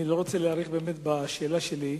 אני לא רוצה להאריך בשאלה שלי,